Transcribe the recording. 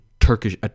Turkish